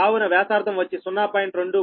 కావున వ్యాసార్థం వచ్చి 0